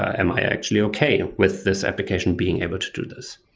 am i actually okay with this application being able to do this?